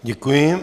Děkuji.